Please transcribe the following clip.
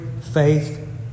faith